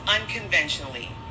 unconventionally